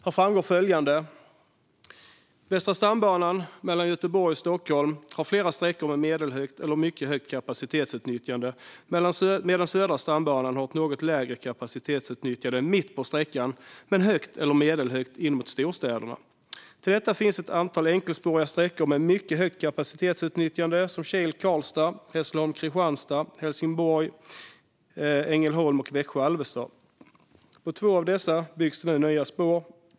Här framgår följande: Västra stambanan mellan Göteborg och Stockholm har flera sträckor med medelhögt eller mycket högt kapacitetsutnyttjande, medan Södra stambanan har ett något lägre kapacitetsutnyttjande mitt på sträckan men högt eller medelhögt in mot storstäderna. Till detta finns ett antal enkelspåriga sträckor med mycket högt kapacitetsutnyttjande som Kil-Karlstad, Hässleholm-Kristianstad, Helsingborg-Ängelholm och Växjö-Alvesta. På två av dessa byggs det nu nya spår.